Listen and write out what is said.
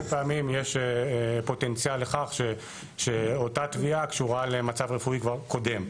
פעמים יש פוטנציאל לכך שאותה תביעה קשורה למצב רפואי קודם.